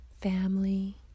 family